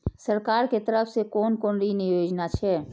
सरकार के तरफ से कोन कोन ऋण योजना छै?